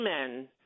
men